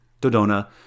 Dodona